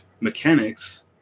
mechanics